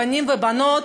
בנים ובנות,